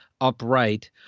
upright